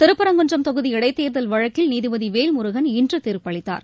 திருப்பரங்குன்றம் தொகுதி இடைத்தேர்தல் வழக்கில் நீதிபதிவேல்முருகள் இன்றுதீர்ப்பளித்தார்